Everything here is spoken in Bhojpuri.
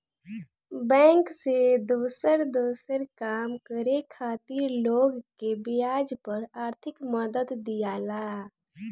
बैंक से दोसर दोसर काम करे खातिर लोग के ब्याज पर आर्थिक मदद दियाला